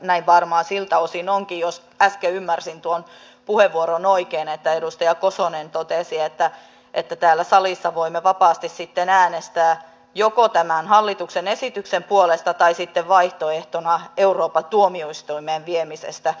näin varmaan siltä osin onkin jos äsken ymmärsin tuon puheenvuoron oikein että edustaja kosonen totesi että täällä salissa voimme vapaasti äänestää joko tämän hallituksen esityksen puolesta tai sitten vaihtoehtona euroopan tuomioistuimeen viemisestä